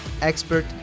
expert